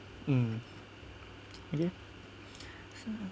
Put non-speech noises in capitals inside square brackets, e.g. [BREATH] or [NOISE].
mm okay [BREATH]